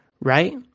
right